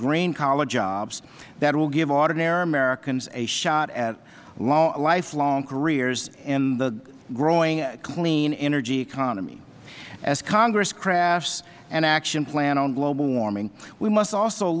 green collar jobs that will give ordinary americans a shot at lifelong careers in the growing clean energy economy as congress crafts an action plan on global warming we must also